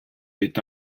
est